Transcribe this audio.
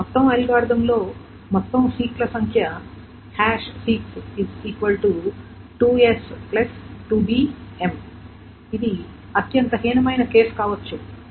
కాబట్టి మొత్తం అల్గోరిథంలో మొత్తం సీక్ ల సంఖ్య seeks 2s 2bM ఇది అత్యంత హీనమైన కేసు కావచ్చు